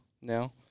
now